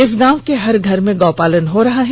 इस गांव के हर घर में गौ पालन हो रहा है